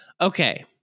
Okay